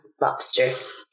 Lobster